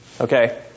Okay